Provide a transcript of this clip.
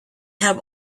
have